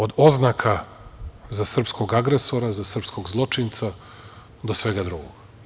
Od oznaka za srpskog agresora, za srpskog zločinca do svega drugog.